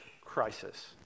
crisis